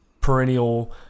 perennial